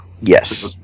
Yes